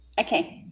okay